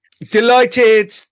Delighted